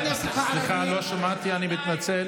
כבוד היושב-ראש, השיח, לא מדברים ככה.